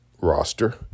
roster